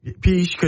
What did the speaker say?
peace